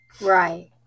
Right